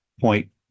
point